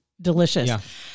delicious